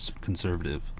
conservative